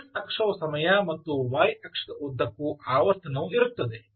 ಆದ್ದರಿಂದ x ಅಕ್ಷವು ಸಮಯ ಮತ್ತು y ಅಕ್ಷದ ಉದ್ದಕ್ಕೂ ಆವರ್ತನವು ಇರುತ್ತದೆ